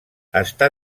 està